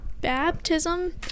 baptism